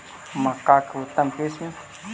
मक्का के उतम किस्म?